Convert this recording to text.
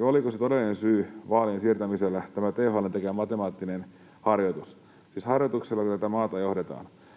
oliko todellinen syy vaalien siirtämiselle tämä THL:n tekemä matemaattinen harjoitus. Siis harjoituksellako tätä maata johdetaan?